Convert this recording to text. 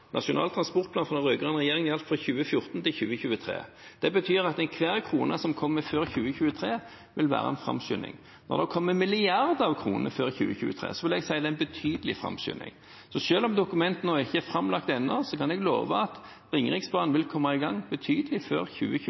Nasjonal transportplan fra den rød-grønne regjeringen gjaldt fra 2014 til 2023. Det betyr at enhver krone som kommer før 2023, vil være en framskynding. Når det kommer milliarder av kroner før 2023, vil jeg si at det er en betydelig framskynding. Så selv om dokumentene ikke er framlagt ennå, kan jeg love at Ringeriksbanen vil komme i gang betydelig før